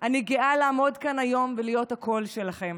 אני גאה לעמוד כאן היום ולהיות הקול שלכם.